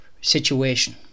situation